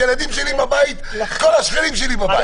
הילדים שלי בבית וכל השכנים שלי בבית.